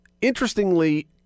interestingly